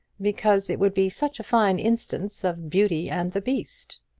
because it would be such a fine instance of beauty and the beast.